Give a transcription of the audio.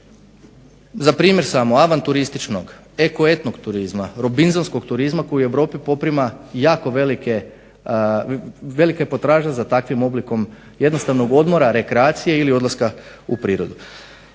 Za primjer samo avanturističkog, eko etno turizma, robinzonskog turizma koji u Europi poprima jako velika potražnja za takvim odmorom, rekreacije ili odlaska u prirodu.